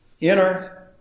Inner